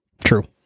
True